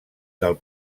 del